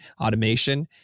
automation